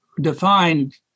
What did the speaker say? defined